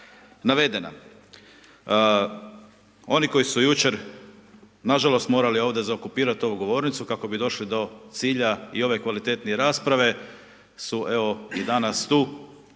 navedena. Oni koji su jučer nažalost morali ovdje zaokupirati ovu govornicu kako bi došli do cilja i ove kvalitetnije rasprave su evo danas tu